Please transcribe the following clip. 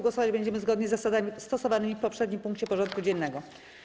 Głosować będziemy zgodnie z zasadami stosowanymi w poprzednim punkcie porządku dziennego.